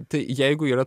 tai jeigu yra